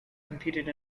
competed